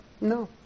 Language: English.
No